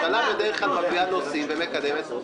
הממשלה בדרך כלל מביאה נושאים ומקדמת,